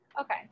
Okay